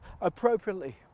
appropriately